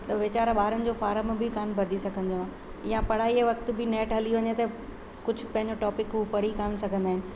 त विचारा ॿारनि जो फॉर्म बि कान भरी सघंदो आहे या पढ़ाईअ वक़्त बि नैट हली वञे त कुझु पंहिंजो टॉपिक हू पढ़ी कोन सघंदा आहिनि